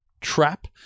trap